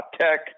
Tech